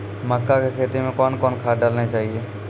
मक्का के खेती मे कौन कौन खाद डालने चाहिए?